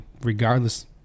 regardless